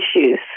issues